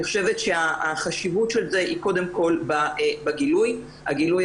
אני חושבת שהחשיבות של זה היא קודם כל בגילוי הזה,